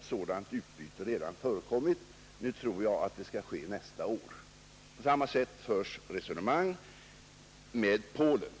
sådant utbyte redan förekommit inom flygvapnet. Jag tror att det kan ske nästa år. På samma sätt föres resonemang med Polen.